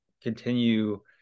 continue